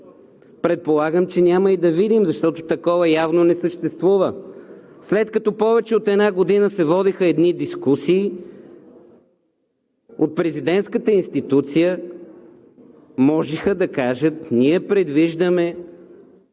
Предполагам, че няма и да видим, защото такова явно не съществува. След като повече от една година се водиха дискусии, от президентската институция можеха да кажат: ние предвиждаме